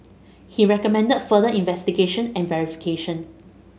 he recommended further investigation and verification